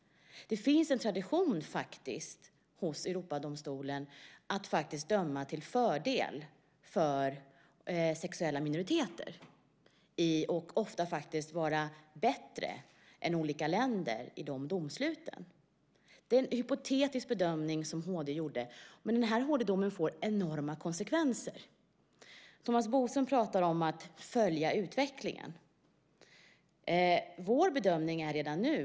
Det finns en tradition hos Europadomstolen att döma till fördel för sexuella minoriteter och att vara bättre än olika länder i de domsluten. Det var en hypotetisk bedömning som HD gjorde, men HD-domen får enorma konsekvenser. Thomas Bodström talar om att följa utvecklingen.